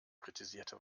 kritisierte